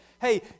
Hey